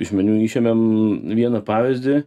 iš meniu išėmėm vieną pavyzdį